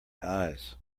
eyes